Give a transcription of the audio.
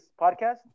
podcast